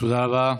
תודה רבה.